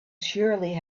surely